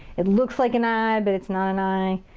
it looks like an eye, but it's not an eye.